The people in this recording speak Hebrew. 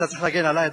אתה צריך להגן עלי,